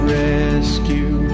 rescue